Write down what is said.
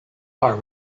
our